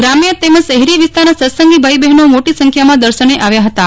ગ્રામ્ય તેમજ શહેરી વિસ્તારના સત્સંગી ભાઇ બહેનો મોટી સંખ્યામાં દર્શને આવ્યાં હતાં